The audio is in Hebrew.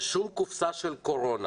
בשום קופסה של קורונה